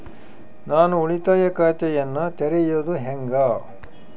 ನಾನು ಉಳಿತಾಯ ಖಾತೆಯನ್ನ ತೆರೆಯೋದು ಹೆಂಗ?